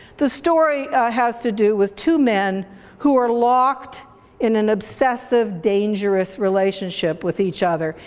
the story has to do with two men who are locked in an obsessive, dangerous relationship with each other.